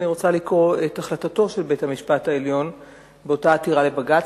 ואני רוצה לקרוא את החלטתו של בית-המשפט העליון באותה עתירה לבג"ץ,